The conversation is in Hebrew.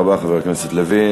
תודה רבה, חבר הכנסת לוין.